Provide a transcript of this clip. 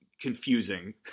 confusing